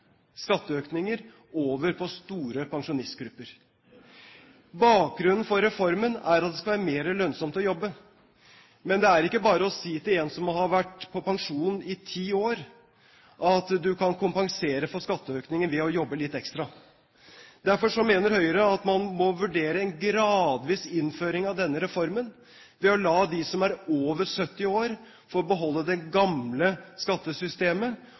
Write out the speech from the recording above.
skatteøkninger over på store pensjonistgrupper. Bakgrunnen for reformen er at det skal være mer lønnsomt å jobbe. Men det er ikke bare å si til en som har hatt pensjon i ti år, at du kan kompensere for skatteøkningen ved å jobbe litt ekstra. Derfor mener Høyre at man må vurdere en gradvis innføring av denne reformen ved å la dem som er over 70 år, få beholde det gamle skattesystemet,